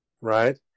Right